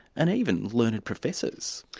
and even learned professors.